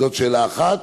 זאת שאלה אחת.